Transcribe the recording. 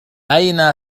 أين